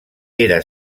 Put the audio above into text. era